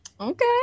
okay